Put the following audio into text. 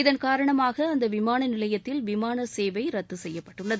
இதன் காரணமாக அந்த விமானநிலையத்தில் விமானசேவை ரத்து செய்யப்பட்டது